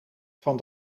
van